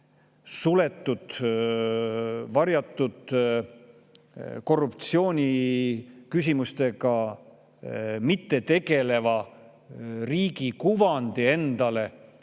suletud, varjatud, korruptsiooniküsimustega mittetegeleva riigi kuvandi,